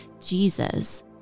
Jesus